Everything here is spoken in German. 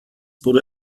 wurde